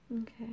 Okay